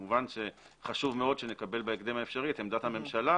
וכמובן שחשוב מאוד שנקבל בהקדם האפשרי את עמדת הממשלה